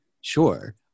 Sure